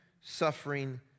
suffering